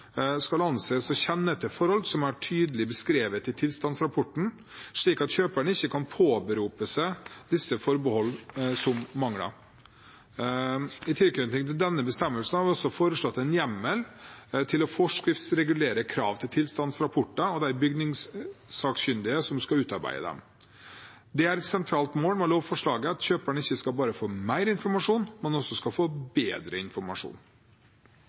skal anses å kjenne til forhold som er tydelig beskrevet i tilstandsrapporten, slik at kjøperen ikke kan påberope seg disse forbehold som mangler. I tilknytning til denne bestemmelsen har vi også foreslått en hjemmel til å forskriftsregulere krav til tilstandsrapporter og de bygningssakkyndige som skal utarbeide dem. Det er et sentralt mål med lovforslaget at kjøperen ikke bare skal få mer informasjon, men også skal få bedre informasjon.